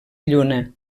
lluna